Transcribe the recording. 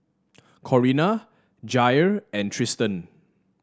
Corinna Jair and Tristan